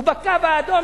ובקו האדום,